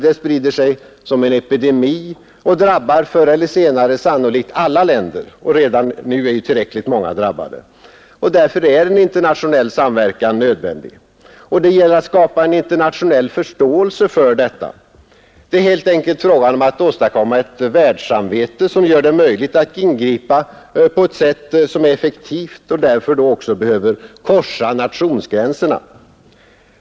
Det sprider sig som en epidemi och drabbar förr eller senare sannolikt alla länder. Redan nu är tillräckligt många drabbade. Därför är en internationell samverkan nödvändig, och det gäller att skapa internationell förståelse härför. Det är helt enkelt fråga om att skapa ett världssamvete, som gör det möjligt att ingripa på ett sätt som är effektivt och som därför också behöver korsa nationsgränserna.